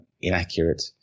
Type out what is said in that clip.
inaccurate